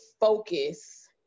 focus